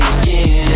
skin